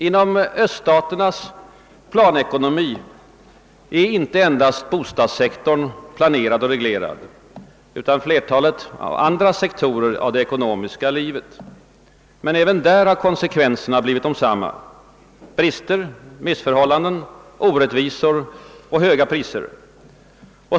Inom öststaternas planekonomi är inte endast bostadssektorn planerad och reglerad utan också flertalet andra sektorer av det ekonomiska livet. Även där har konsekvenserna blivit desamma: brister, missförhållanden, orättvisor och höga priser.